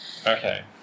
Okay